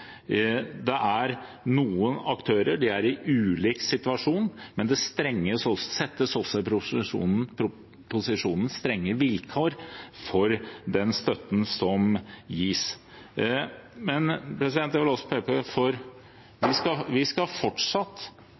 Det er noen aktører, de er i ulik situasjon, men det settes også i proposisjonen strenge vilkår for den støtten som gis. Jeg vil også peke på at vi fortsatt skal jobbe med å ha gode alternativer til flytransport. Vi skal